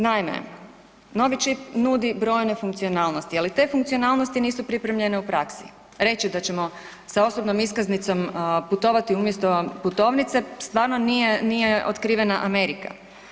Naime, novi čip nudi brojne funkcionalnosti, ali te funkcionalnosti nisu pripremljene u praksi, reći da ćemo sa osobnom iskaznicom putovati umjesto putovnice stvarno nije, nije otkrivena Amerika.